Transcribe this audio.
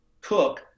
cook